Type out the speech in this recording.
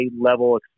level